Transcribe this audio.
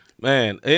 Man